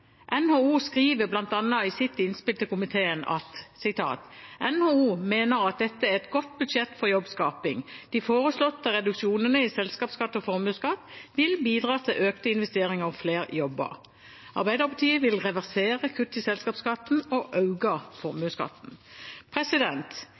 NHO skriver bl.a. i sitt innspill til komiteen: «NHO mener dette er et godt budsjett for jobbskaping.» Og videre: «De foreslåtte reduksjonene i selskapsskatt og formuesskatt vil bidra til økte investeringer og flere jobber». Arbeiderpartiet vil reversere kutt i selskapsskatten og